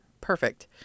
perfect